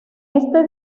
este